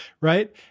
right